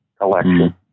collection